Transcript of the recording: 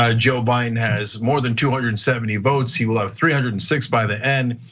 ah joe biden has more than two hundred and seventy votes, he will have three hundred and six by the end.